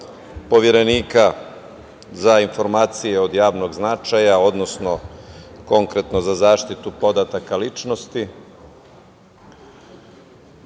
Poverenika za informacije od javnog značaja, odnosno konkretno za zaštitu podataka ličnosti.